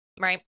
right